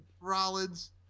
Rollins